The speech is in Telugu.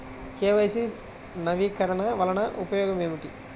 కే.వై.సి నవీకరణ వలన ఉపయోగం ఏమిటీ?